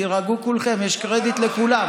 תירגעו כולכם, יש קרדיט לכולם.